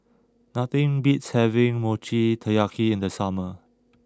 nothing beats having Mochi Taiyaki in the summer